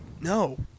no